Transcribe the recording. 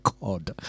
god